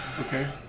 Okay